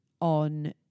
on